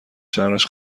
شرش